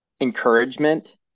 encouragement